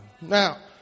Now